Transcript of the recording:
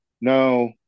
No